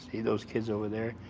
see those kids over there?